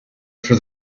for